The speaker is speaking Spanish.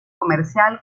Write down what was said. comercial